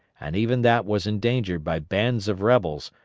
and even that was endangered by bands of rebels,